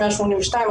182,